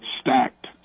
stacked